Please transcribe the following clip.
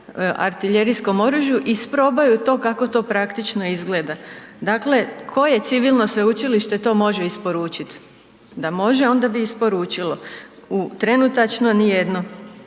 artiljerijskom oružju isprobaju to kako to praktično izgleda. Dakle koje civilno sveučilište to može isporučiti? Da može, onda bi isporučilo. U trenutačno nijedno.